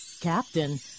Captain